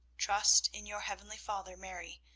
trust in your heavenly father, mary,